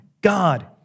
God